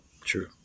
True